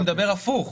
אני מדבר הפוך.